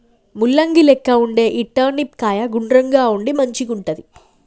ముల్లంగి లెక్క వుండే ఈ టర్నిప్ కాయ గుండ్రంగా ఉండి మంచిగుంటది